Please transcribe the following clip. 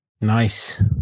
Nice